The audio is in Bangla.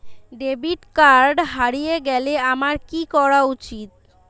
ডেবিট কার্ড হারিয়ে গেলে আমার কি করা উচিৎ?